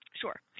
Sure